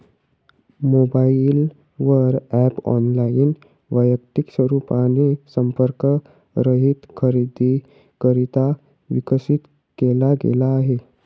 mobile वर app online, वैयक्तिक रूपाने संपर्क रहित खरेदीकरिता विकसित केला गेला आहे